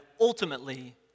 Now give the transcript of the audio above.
ultimately